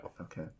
Okay